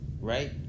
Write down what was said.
right